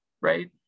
right